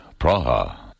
Praha